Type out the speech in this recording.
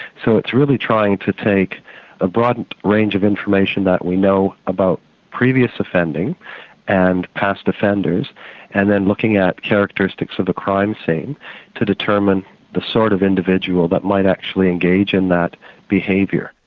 so it's really trying to take a broad and range of information that we know about previous offending and past offenders and then looking at characteristics of the crime scene to determine the sort of individual that might actually engage in that behaviour.